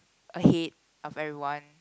ahead of everyone